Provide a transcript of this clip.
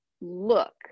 look